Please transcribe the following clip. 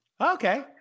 Okay